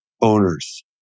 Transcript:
owners